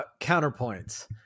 counterpoints